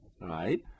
right